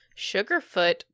sugarfoot